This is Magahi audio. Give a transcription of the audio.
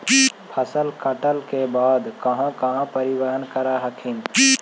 फसल कटल के बाद कहा कहा परिबहन कर हखिन?